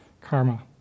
karma